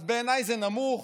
בעיניי זה נמוך,